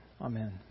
Amen